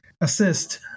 assist